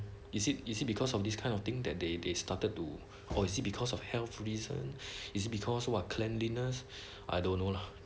is it is it because of this kind of thing that they they started to policy because of health reasons is because what cleanliness I don't know lah